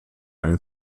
eine